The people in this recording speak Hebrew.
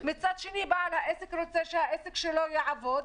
מצד שני, בעל העסק רוצה שהעסק שלו יעבוד.